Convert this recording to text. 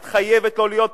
את חייבת לא להיות פה,